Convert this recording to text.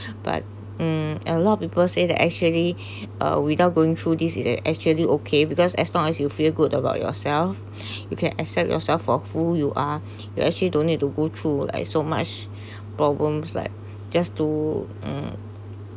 but mm a lot of people say that actually uh without going through this it will actually okay because as long as you feel good about yourself you can accept yourself for who you are you actually don't need to go through like so much problems like just to mm